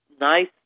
nice